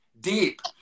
deep